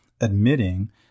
admitting